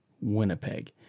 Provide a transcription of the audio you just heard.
Winnipeg